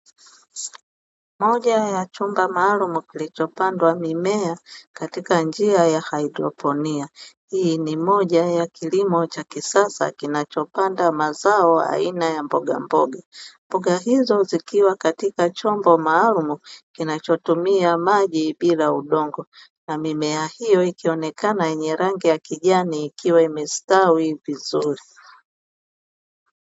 Moja ya chumba maalumu kilichopandwa mimea katika njia ya haidroponi. Hii ni moja ya kilimo cha kisasa kinachopanda mazao aina ya mbogamboga. Mboga hizo zikiwa katika chombo maalumu kinachotumia maji bila udongo, na mimea hiyo ikionekana yenye rangi ya kijani ikiwa imestawi vizuri.